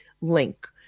link